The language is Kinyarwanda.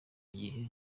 igihe